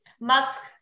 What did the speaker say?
musk